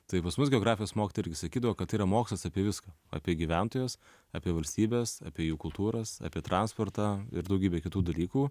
tai pas mus geografijos mokytoja irgi sakydavo kad tai yra mokslas apie viską apie gyventojus apie valstybes apie jų kultūras apie transportą ir daugybė kitų dalykų